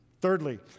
Thirdly